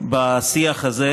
בשיח הזה.